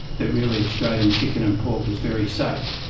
that really australian chicken and pork is very safe.